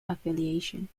affiliation